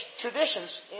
traditions